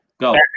Go